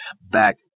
back